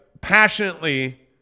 passionately